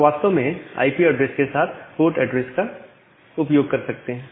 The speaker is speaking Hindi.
आप वास्तव में आईपी एड्रेस के साथ पोर्ट ऐड्रेस का उपयोग कर सकते हैं